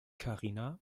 karina